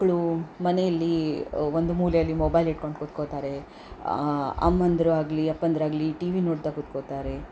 ಮಕ್ಕಳು ಮನೆಯಲ್ಲಿ ಒಂದು ಮೂಲೆಯಲ್ಲಿ ಮೊಬೈಲ್ ಹಿಡ್ಕೊಂಡು ಕೂತ್ಕೊಳ್ತಾರೆ ಅಮ್ಮಂದಿರು ಆಗ್ಲಿ ಅಪ್ಪಂದಿರಾಗ್ಲಿ ಈ ಟಿವಿ ನೋಡ್ತಾ ಕೂತ್ಕೊಳ್ತಾರೆ